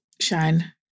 shine